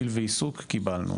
גיל ועיסוק קיבלנו.